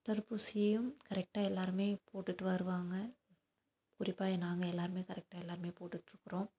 தடுப்பூசியையும் கரெக்டா எல்லாருமே போட்டுட்டு வருவாங்க குறிப்பாக நாங்கள் எல்லாருமே கரெக்டா எல்லாருமே போட்டுட்டுருக்குறோம்